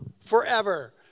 forever